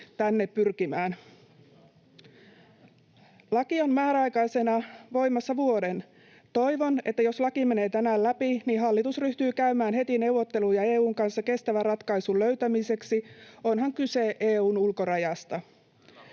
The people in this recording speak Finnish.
tänne pyrkimään. Laki on määräaikaisena voimassa vuoden. Toivon, että jos laki menee tänään läpi, niin hallitus ryhtyy käymään heti neuvotteluja EU:n kanssa kestävän ratkaisun löytämiseksi, onhan kyse EU:n ulkorajasta,